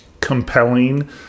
compelling